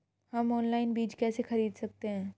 हम ऑनलाइन बीज कैसे खरीद सकते हैं?